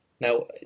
now